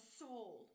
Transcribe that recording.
soul